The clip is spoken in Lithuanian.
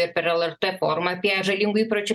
ir per lrt formą apie žalingų įpročių